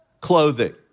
clothing